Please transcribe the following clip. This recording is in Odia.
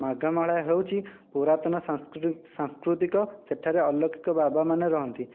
ମାଘମେଳା ହେଉଛି ପୁରାତନ ସାଂସ୍କୃ ସାଂସ୍କୃତିକ ସେଠାରେ ଅଲୌକିକ ବାବାମାନେ ରୁହନ୍ତି